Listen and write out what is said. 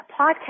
podcast